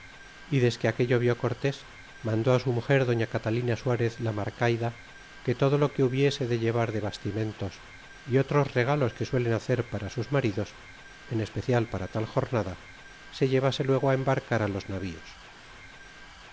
y desque aquello vió cortés mandó su muger doña catalina suarez la marcaida que todo lo que hubiese de llevar de bastimentos y otros regalos que suelen hacer para sus maridos en especial para tal jornada se llevase luego embarcar los navíos